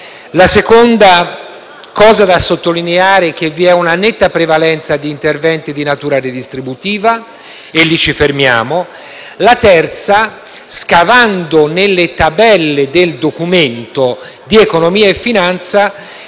Il secondo fattore da sottolineare è che vi è una netta prevalenza di interventi di natura redistributiva: e lì ci fermiamo. Il terzo è che, scavando nelle tabelle del Documento di economia e finanza,